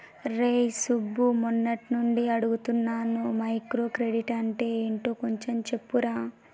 రేయ్ సుబ్బు, మొన్నట్నుంచి అడుగుతున్నాను మైక్రో క్రెడిట్ అంటే యెంటో కొంచెం చెప్పురా